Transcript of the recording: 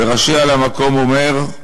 ורש"י על המקום אומר: